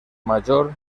major